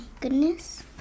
goodness